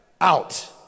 out